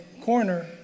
corner